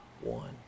one